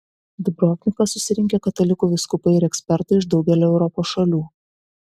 dubrovniką susirinkę katalikų vyskupai ir ekspertai iš daugelio europos šalių